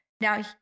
now